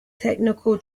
technical